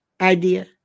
idea